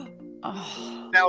Now